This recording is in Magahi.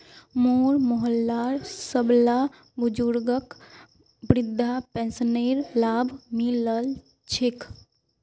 मोर मोहल्लार सबला बुजुर्गक वृद्धा पेंशनेर लाभ मि ल छेक